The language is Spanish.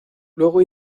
luego